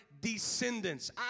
Descendants